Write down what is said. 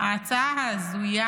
ההצעה ההזויה